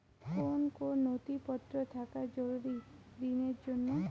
কোন কোন নথিপত্র থাকা জরুরি ঋণের জন্য?